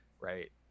Right